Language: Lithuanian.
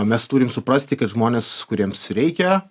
mes turim suprasti kad žmonės kuriems reikia